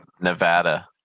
nevada